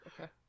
okay